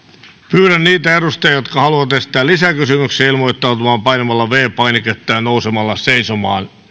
pyydän niitä edustajia jotka haluavat esittää lisäkysymyksiä ilmoittautumaan painamalla viides painiketta ja nousemalla seisomaan